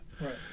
Right